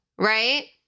Right